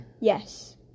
Yes